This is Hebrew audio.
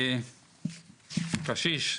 קשיש,